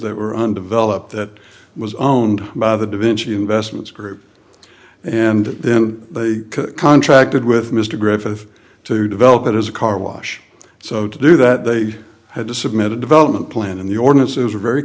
that were undeveloped that was owned by the davinci investment group and then they contracted with mr griffith to develop it as a carwash so to do that they had to submit a development plan and the ordinance is very